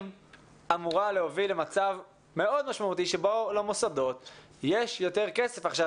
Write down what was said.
אמורה להוביל למצב מאוד משמעותי שבו למוסדות יש יותר כסף עכשיו.